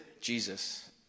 Jesus